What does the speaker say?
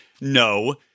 no